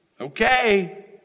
Okay